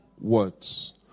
words